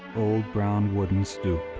old brown wooden stoop.